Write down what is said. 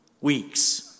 weeks